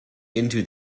into